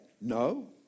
no